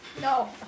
No